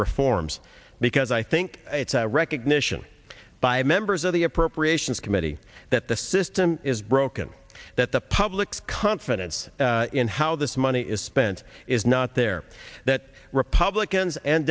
reforms because i think it's a recognition by members of the appropriations committee that the system is broken that the public's confidence in how this money is spent is not there that republicans and